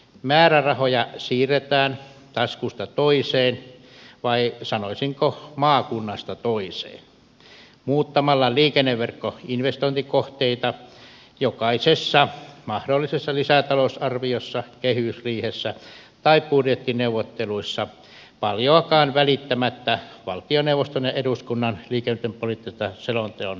määrärahoja siirretään taskusta toiseen vai sanoisinko maakunnasta toiseen muuttamalla liikenneverkkoinvestointikohteita jokaisessa mahdollisessa lisätalousarviossa kehysriihessä tai budjettineuvotteluissa paljoakaan välittämättä valtioneuvoston ja eduskunnan liikennepoliittisen selonteon hyväksymisestä